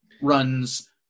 runs